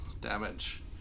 damage